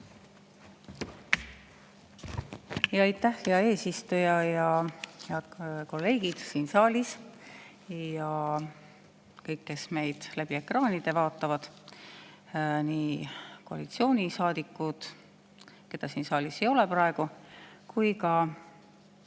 Aitäh, hea eesistuja! Head kolleegid siin saalis ja kõik, kes meid ekraani vahendusel vaatavad – nii koalitsioonisaadikud, keda siin saalis ei ole praegu, kui ka